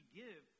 give